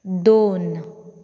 दोन